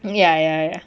ya ya ya